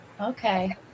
Okay